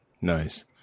Nice